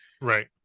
right